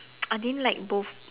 I didn't like both